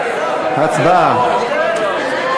הצבעה.